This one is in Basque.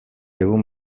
egun